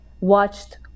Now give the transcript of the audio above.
watched